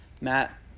Matt